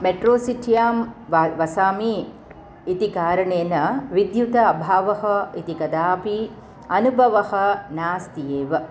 मेट्रोसिट्यां व वसामि इति कारणेन विद्युतः अभावः इति कदापि अनुभवः नास्ति एव